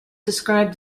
described